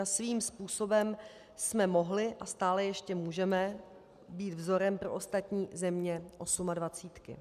Svým způsobem jsme mohli a stále ještě můžeme být vzorem pro ostatní země osmadvacítky.